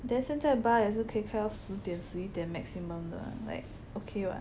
then 现在 bar 也是可以开到十点十一点 maximum 的 like okay [what]